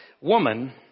woman